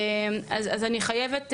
אני חייבת,